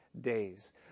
days